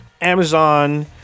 Amazon